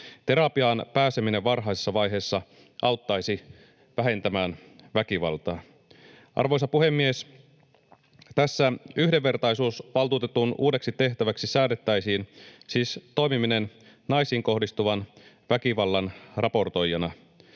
Terapiaan pääseminen varhaisessa vaiheessa auttaisi vähentämään väkivaltaa. Arvoisa puhemies! Tässä yhdenvertaisuusvaltuutetun uudeksi tehtäväksi säädettäisiin siis toimiminen naisiin kohdistuvan väkivallan raportoijana.